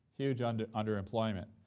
huge and underemployment,